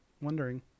wondering